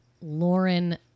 Lauren